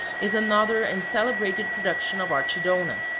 is another and celebrated production of archidona.